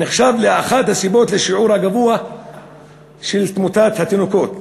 נחשב לאחת הסיבות לשיעור הגבוה של תמותת התינוקות.